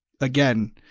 again